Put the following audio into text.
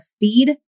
feed